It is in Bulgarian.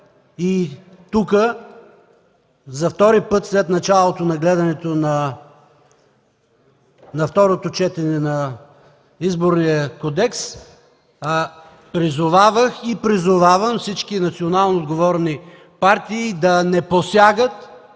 и тук за втори път след началото на гледането на второто четене на Изборния кодекс, призовавах и призовавам всички национално отговорни партии да не посягат